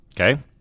Okay